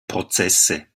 prozesse